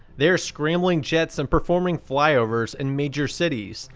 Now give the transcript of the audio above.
they are scrambling jets and performing flyovers in major cities,